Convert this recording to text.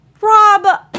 Rob